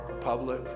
public